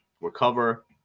recover